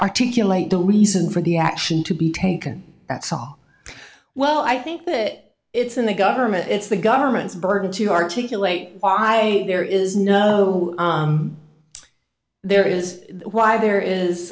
articulate the reason for the action to be taken that's all well i think that it's in the government it's the government's burden to articulate why there is no there is why there